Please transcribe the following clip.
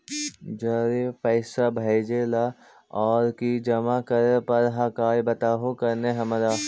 जड़ी पैसा भेजे ला और की जमा करे पर हक्काई बताहु करने हमारा?